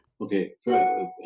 Okay